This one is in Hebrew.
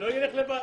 שלא ילך לבד.